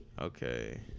Okay